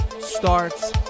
starts